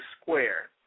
square